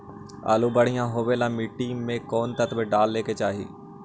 आलु बढ़िया होबे ल मट्टी में कोन तत्त्व रहे के चाही?